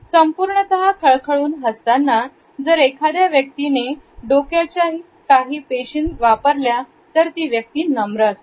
संपूर्णतः खळखळून हसताना जर एखाद्या व्यक्तीने डोक्याचाही काही पेशी वापरल्या तर ती व्यक्ती नम्र असते